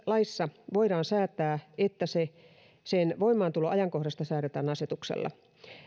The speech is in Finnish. laissa voidaan säätää että sen voimaantuloajankohdasta säädetään asetuksella